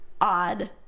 odd